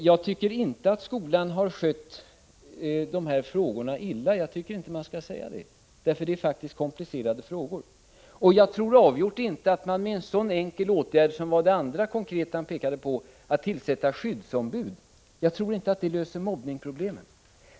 Jag tycker inte att skolan har skött de här frågorna illa. Man skall inte säga att skolan har gjort det, för det är faktiskt komplicerade frågor. Jag tror avgjort inte att man med den andra åtgärd som Björn Samuelson talade om, nämligen att tillsätta skyddsombud, löser mobbningsproblemen.